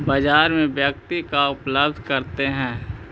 बाजार में व्यक्ति का उपलब्ध करते हैं?